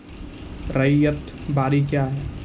रैयत बाड़ी क्या हैं?